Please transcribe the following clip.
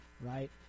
Right